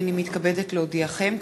הנני מתכבדת להודיעכם,